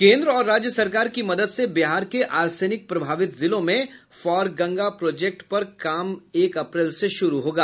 केंद्र और राज्य सरकार की मदद से बिहार के आर्सेनिक प्रभावित जिलों में फॉर गंगा प्रोजेक्ट पर काम एक अप्रैल से शुरू होगा